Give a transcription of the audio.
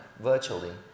virtually